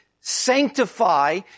sanctify